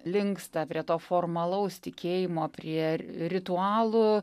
linksta prie to formalaus tikėjimo prie ritualų